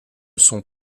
sont